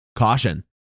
Caution